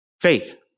Faith